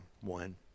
one